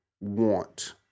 want